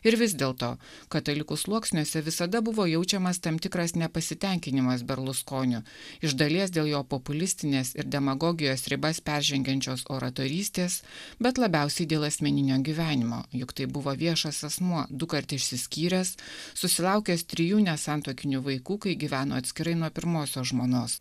ir vis dėlto katalikų sluoksniuose visada buvo jaučiamas tam tikras nepasitenkinimas berluskoniu iš dalies dėl jo populistinės ir demagogijos ribas peržengiančios oratorystės bet labiausiai dėl asmeninio gyvenimo juk tai buvo viešas asmuo dukart išsiskyręs susilaukęs trijų nesantuokinių vaikų kai gyveno atskirai nuo pirmosios žmonos